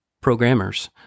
programmers